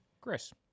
Chris